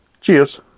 cheers